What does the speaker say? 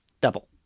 Double